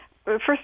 First